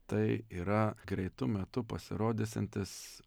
tai yra greitu metu pasirodysiantis